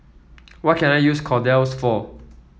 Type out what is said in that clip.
what can I use Kordel's for